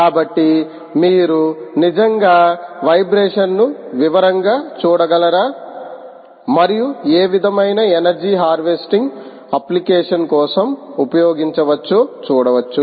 కాబట్టి మీరు నిజంగా వైబ్రేషన్ను వివరంగా చూడగలరా మరియు ఏ విధమైన ఎనర్జీ హార్వెస్టింగ్ అప్లికేషన్ కోసం ఉపయోగించవచ్చో చూడవచ్చు